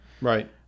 Right